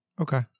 okay